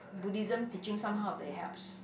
Buddhism teaching somehow they helps